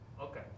Okay